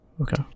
Okay